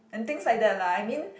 and things like that lah I mean